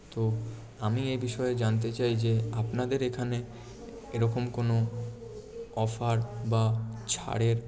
তো আমি এই বিষয়ে জানতে চাই যে আপনাদের এখানে এরকম কোন অফার বা ছাড়ের